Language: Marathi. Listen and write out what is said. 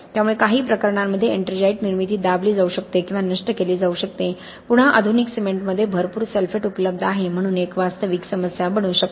त्यामुळे काही प्रकरणांमध्ये एट्रिंजाइट निर्मिती दाबली जाऊ शकते किंवा नष्ट केली जाऊ शकते पुन्हा आधुनिक सिमेंटमध्ये भरपूर सल्फेट उपलब्ध आहे म्हणून ही एक वास्तविक समस्या बनू शकते